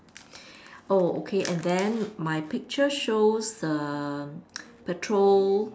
oh okay and then my picture shows the petrol